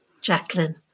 Jacqueline